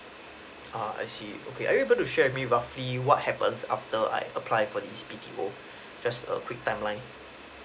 uh I see okay are you able to share with me roughly what happen after I apply for this B_T_O just a quick timeline